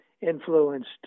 influenced